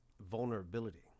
vulnerability